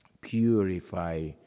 purify